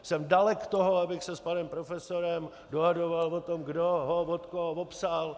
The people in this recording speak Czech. Jsem dalek toho, abych se s panem profesorem dohadoval o tom, kdo ho od koho opsal.